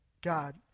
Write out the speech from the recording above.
God